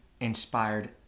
inspired